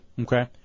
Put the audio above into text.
Okay